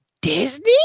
Disney